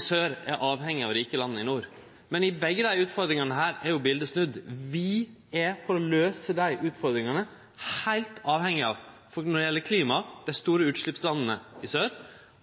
sør er avhengige av rike land i nord, men i begge desse utfordringane er biletet snudd. For å løyse dei utfordringane er vi når det gjeld klima, heilt avhengige av dei store utsleppslanda i sør,